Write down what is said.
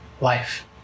life